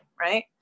right